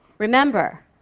remember,